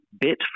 bit